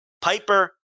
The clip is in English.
Piper